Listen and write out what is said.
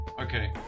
Okay